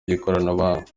by’ikoranabuhanga